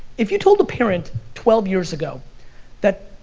if you told a parent twelve years ago that,